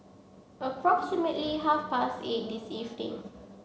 approximately half past eight this evening